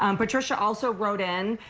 um patricia also wrote in,